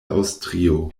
aŭstrio